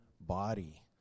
body